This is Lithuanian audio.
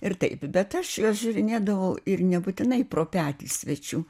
ir taip bet aš juos žiūrėdavau ir nebūtinai pro petį svečių